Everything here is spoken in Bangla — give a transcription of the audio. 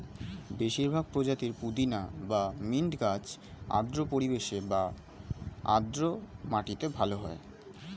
বেশিরভাগ প্রজাতির পুদিনা বা মিন্ট গাছ আর্দ্র পরিবেশ এবং আর্দ্র মাটিতে ভালো হয়